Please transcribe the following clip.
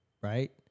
right